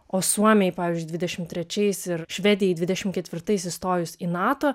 o suomijai pavyzdžiui dvidešimt trečiais ir švedijai dvidešimt ketvirtais įstojus į nato